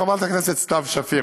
חברת הכנסת סתיו שפיר,